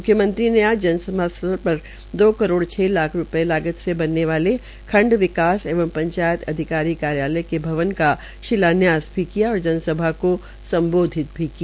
मुख्यमंत्री ने आज जन सभा स्थल पर दो करोड़ छ लाख रूप्ये लागत से बनने वाले खंड विकास एवं पंचायत अधिकारी कार्यालय के भवन का शिलान्यास भी किया और जनसभा को सम्बोधित भी किया